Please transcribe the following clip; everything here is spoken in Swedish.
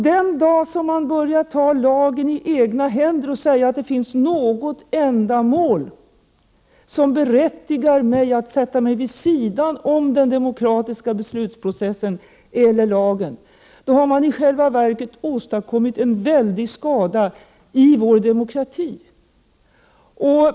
Den dag som en person börjar ta lagen i egna händer och säger att det finns något ändamål som berättigar honom att sätta sig vid sidan om den demokratiska beslutsprocessen eller lagen, har han i själva verket åstadkommit en stor skada i vår demokrati.